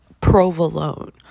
provolone